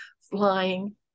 flying